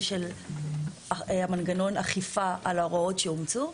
של מנגנון האכיפה על ההוראות שאומצו,